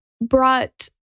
brought